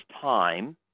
time